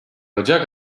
ocak